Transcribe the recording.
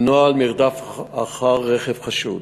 "נוהל מרדף אחר רכב חשוד"